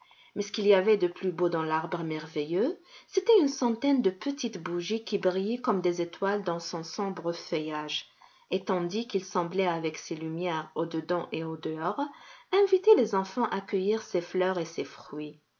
mais ce qu'il y avait de plus beau dans l'arbre merveilleux c'était une centaine de petites bougies qui brillaient comme des étoiles dans son sombre feuillage et tandis qu'il semblait avec ses lumières au dedans et au dehors inviter les enfants à cueillir ses fleurs et ses fruits